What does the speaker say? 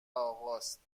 آقاست